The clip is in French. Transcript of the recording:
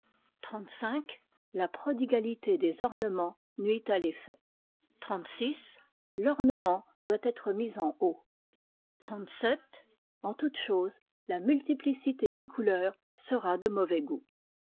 la prodigalité des ornements nuit à l'effet xxxvi l'ornement doit être mis en haut xxxvii en toute chose la multiphcité des couleurs sera de mauvais goût